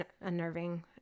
unnerving